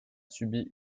subi